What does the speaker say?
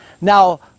Now